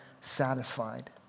satisfied